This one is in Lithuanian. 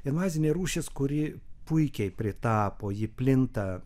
invazinė rūšis kuri puikiai pritapo ji plinta